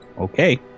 Okay